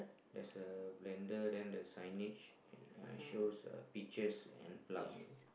there's a blender then the signature ya it's show a picture and plum